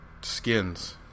skins